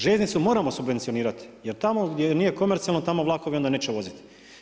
Željeznicu moramo subvencionirat, jer tamo gdje nije komercijalno tamo vlakovi onda neće voziti.